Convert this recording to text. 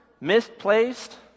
misplaced